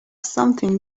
something